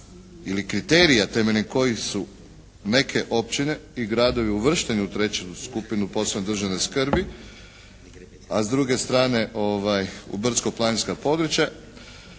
ili kriterija temeljem kojih su neke općine i gradovi uvršteni u treću skupinu od posebne državne skrbi, a s druge strane u brdsko-planinska područja.